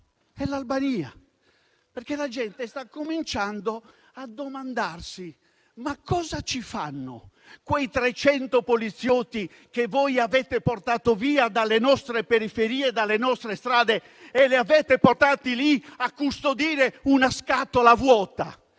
è l'Albania, perché la gente sta cominciando a domandarsi cosa ci fanno quei 300 poliziotti che voi avete portato via dalle nostre periferie e dalle nostre strade per mandarli a custodire una scatola vuota.